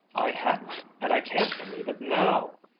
i hadn't, and i can't believe it now!